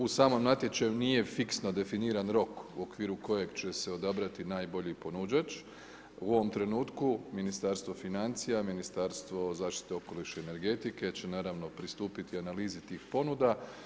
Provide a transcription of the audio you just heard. U samom natječaju nije fiksno definiran rok u okviru kojeg će se odabrati najbolji ponuđač, u ovom trenutku Ministarstvo financija, Ministarstvo zaštite okoliša i energetike će naravno pristupiti analizi tih ponuda.